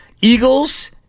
Eagles